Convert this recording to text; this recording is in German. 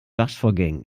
waschvorgängen